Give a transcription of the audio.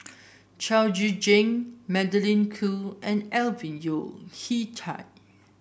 Chao Tzee Cheng Magdalene Khoo and Alvin Yeo Khirn Hai